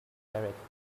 convention